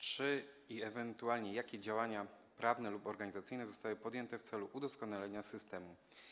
Czy i ewentualnie jakie działania prawne lub organizacyjne zostały podjęte w celu udoskonalenia systemu?